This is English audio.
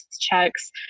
checks